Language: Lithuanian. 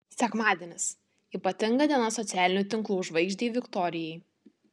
sekmadienis ypatinga diena socialinių tinklų žvaigždei viktorijai